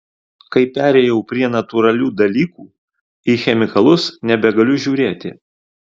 kai perėjau prie natūralių dalykų į chemikalus nebegaliu žiūrėti